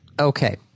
Okay